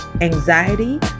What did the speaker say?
anxiety